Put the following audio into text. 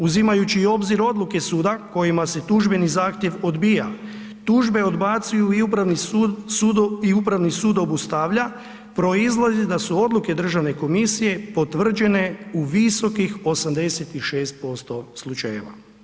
Uzimajući u obzir odluke suda kojima se tužbeni zahtjev odbija, tužbe odbacuju i upravni sud obustavlja, proizlazi da su odluke Državne komisije, potvrđene u visokih 86% slučajeva.